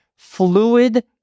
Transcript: fluid